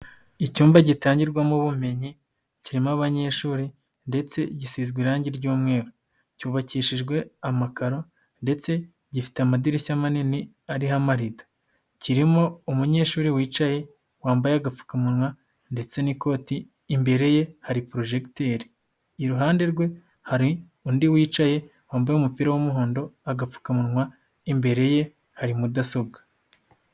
Icyumba gitangirwamo ubumenyi kirimo abanyeshuri ndetse gisizwe irangi ry'umweru. Cyubakishijwe amakaro ndetse gifite amadirishya manini ariho amarido. Kirimo umunyeshuri wicaye, wambaye agapfukamunwa ndetse n'ikoti; imbere ye hari porojegiteri. Iruhande rwe hari undi wicaye wambaye umupira w'umuhondo, agapfukamunwa, imbere ye hari mudasobwa.